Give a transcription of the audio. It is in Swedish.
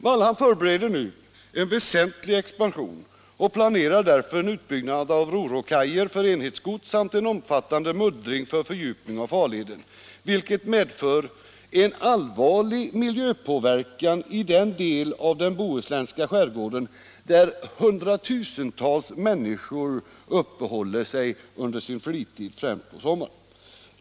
Wallhamn förbereder en väsentlig expansion och förbereder en utbyggnad av ro-ro-kajer för enhetsgods samt en omfattande muddring för fördjupning av farleden, vilket medför en allvarlig miljöpåverkan i den del av den bohuslänska skärgården där hundratusentals människor uppehåller sig under sin fritid, främst på sommaren.